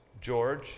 George